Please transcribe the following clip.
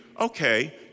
okay